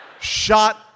shot